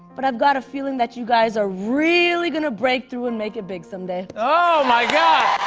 but i've got a feeling that you guys are really gonna break through and make it big some day. oh, my gosh!